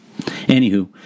Anywho